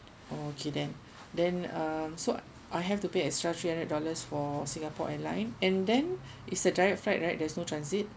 oh okay then then uh so I have to pay extra three hundred dollars for singapore airline and then it's a direct flight right there's no transit